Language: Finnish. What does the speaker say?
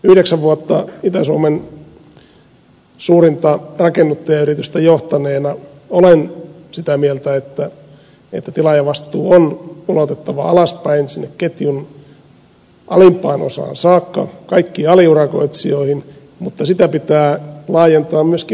yhdeksän vuotta itä suomen suurinta rakennuttajayritystä johtaneena olen sitä mieltä että tilaajavastuu on ulotettava alaspäin sinne ketjun alimpaan osaan saakka kaikkiin aliurakoitsijoihin mutta sitä pitää laajentaa myöskin ylöspäin